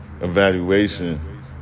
evaluation